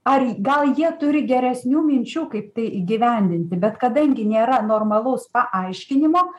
ar gal jie turi geresnių minčių kaip tai įgyvendinti bet kadangi nėra normalaus paaiškinimo